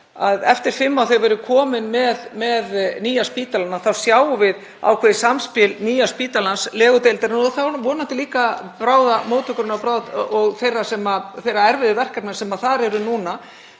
eftir fimm ár, þegar við erum komin með nýja spítalann, þá sjáum við ákveðið samspil nýja spítalans, legudeildarinnar og þá vonandi líka bráðamóttökunnar og þeirra erfiðu verkefna sem þar eru núna.